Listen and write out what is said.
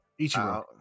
Ichiro